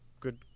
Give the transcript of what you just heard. good